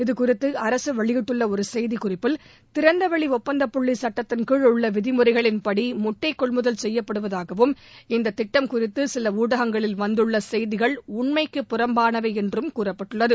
இதுகுறித்து அரசு வெளியிட்டுள்ள ஒரு செய்திக்குறிப்பில் திறந்த வெளி ஒப்பந்தப் புள்ளி சுட்டத்தின் கீழ் உள்ள விதிமுறைகளின்படி முட்டை கொள்முதல் செய்யப்படுவதாகவும் இந்த திட்டம் குறித்து சில ஊடகங்களில் வந்துள்ள செய்திகள் உண்மைக்கு புறம்பானவை என்றும் கூறப்பட்டுள்ளது